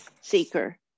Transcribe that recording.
seeker